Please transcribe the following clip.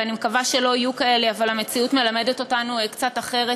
ואני מקווה שלא יהיו כאלה אבל המציאות מלמדת אותנו קצת אחרת,